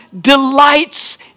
delights